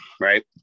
right